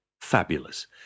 fabulous